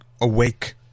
awake